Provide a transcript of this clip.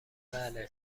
بله